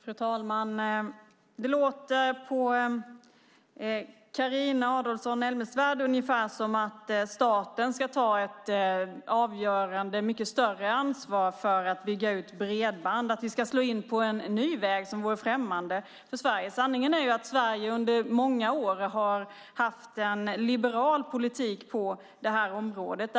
Fru talman! Det låter på Carina Adolfsson Elgestam ungefär som att staten ska ta ett mycket större ansvar för utbyggnaden av bredband, att vi ska slå in på en ny väg som vore främmande för Sverige. Sanningen är att Sverige under många år har haft en liberal politik på det här området.